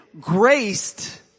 graced